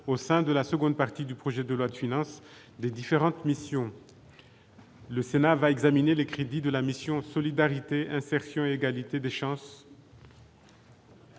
au sein de la seconde partie du projet de loi de finances des différentes missions : le Sénat va examiner les crédits de la mission Solidarité, insertion et égalité des chances.